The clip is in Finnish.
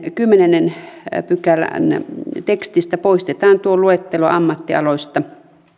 kymmenennen pykälän tekstistä poistetaan tuo luettelo ammattialoista